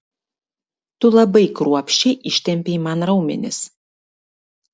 tu labai kruopščiai ištempei man raumenis